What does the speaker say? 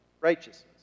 Righteousness